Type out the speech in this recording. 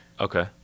okay